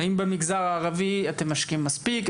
הא במגזר הערבי אתם משקיעים מספיק?